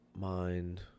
mind